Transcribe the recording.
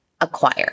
acquire